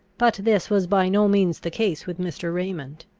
but this was by no means the case with mr. raymond.